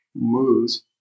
moves